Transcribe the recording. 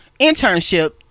internship